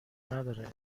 نداره